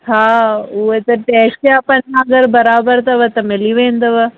हा उहा त टेस्ट जा पना अगरि बराबरि अथव त मिली वेंदव